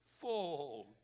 full